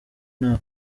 nta